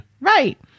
Right